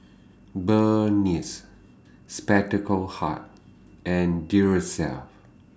Burnie Spectacle Hut and Duracell